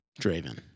Draven